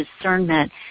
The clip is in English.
discernment